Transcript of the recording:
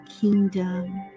kingdom